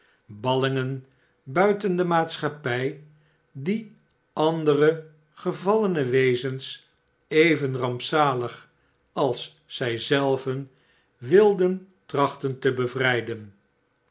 ballingen buiten de maatschappij die andere gevallene wezens even rampzalig als zij zelven wilden trachten te bevrijden